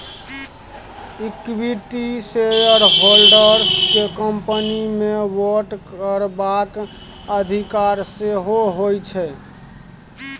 equity shareholders केँ company मे vote करबाक अधिकार सेहो होइ छै